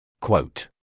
Quote